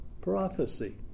prophecy